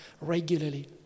regularly